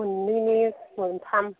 मोननैनि मोनथाम